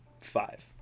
five